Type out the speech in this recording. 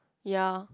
ya